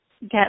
get